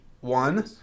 One